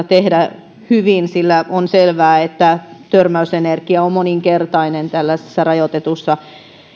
tehdä hyvin sillä on selvää että törmäysenergia on moninkertainen tällaisessa rajoitetussa